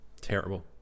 terrible